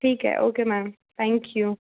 ठीक है okay ma'am thank you